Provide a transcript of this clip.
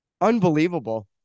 Unbelievable